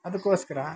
ಅದಕ್ಕೋಸ್ಕರ